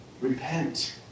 repent